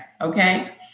okay